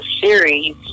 series